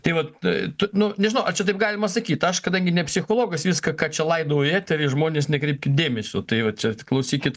tai vat tu nu nežinau ar čia taip galima sakyt aš kadangi ne psichologas viską ką čia laidau į eterį žmonės nekreipkit dėmesio tai va čia klausykit